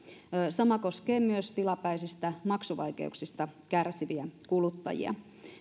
sama koskee tilapäisistä maksuvaikeuksista kärsiviä kuluttajia